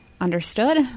understood